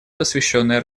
посвященное